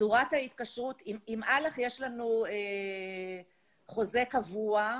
עם אל"ח יש לנו חוזה קבוע.